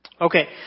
Okay